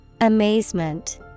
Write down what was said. Amazement